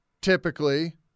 typically